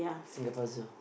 Singapore Zoo